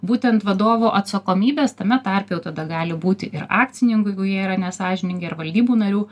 būtent vadovo atsakomybės tame tarpe jau tada gali būti ir akcininkų jeigu jie yra nesąžiningi ir valdybų narių